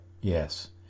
Yes